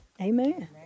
Amen